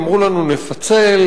אמרו לנו: נפצל,